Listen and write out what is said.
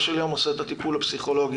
של יום עושה את הטיפול הפסיכולוגי,